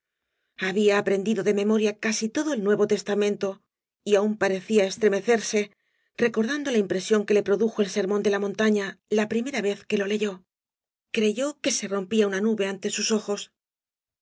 había aprendido de memoria casi todo el nuevo testamento y aún parecía estremecerse recordando la impresión que le produjo el sermón de la montaña la primera vez que lo leyó creyó que se rompía una nube ante sus ojos